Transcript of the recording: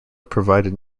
provided